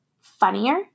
funnier